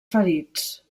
ferits